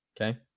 Okay